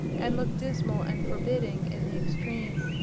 and looked dismal and forbidding in the extreme.